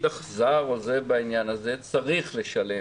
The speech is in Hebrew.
אכזר בעניין הזה, צריך לשלם